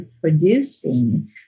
producing